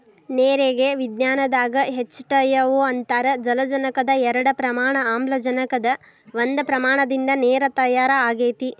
ನೇರಿಗೆ ವಿಜ್ಞಾನದಾಗ H two O ಅಂತಾರ ಜಲಜನಕದ ಎರಡ ಪ್ರಮಾಣ ಆಮ್ಲಜನಕದ ಒಂದ ಪ್ರಮಾಣದಿಂದ ನೇರ ತಯಾರ ಆಗೆತಿ